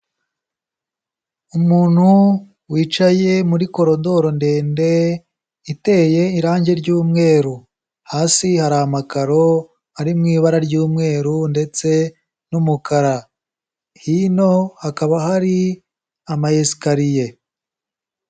Umuntu wicaye muri koridoro ndende iteye irangi ry'umweru. Hasi hari amakaro ari mu ibara ry'umweru ndetse n'umukara. Hino hakaba hari amayesikariye.